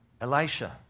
Elisha